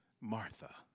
Martha